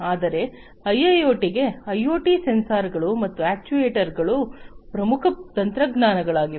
ಆದರೆ ಐಐಒಟಿಗೆ ಐಒಟಿ ಸೆನ್ಸಾರ್ಗಳು ಮತ್ತು ಅಕ್ಚುಯೆಟರ್ಸ್ಗಗಳು ಪ್ರಮುಖ ತಂತ್ರಜ್ಞಾನಗಳಾಗಿವೆ